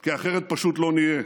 כי אחרת פשוט לא נהיה.